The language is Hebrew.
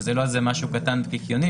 שזה לא משהו קטן וקיקיוני.